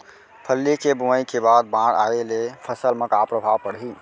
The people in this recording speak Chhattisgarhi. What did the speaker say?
फल्ली के बोआई के बाद बाढ़ आये ले फसल मा का प्रभाव पड़ही?